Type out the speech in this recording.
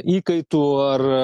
įkaitų ar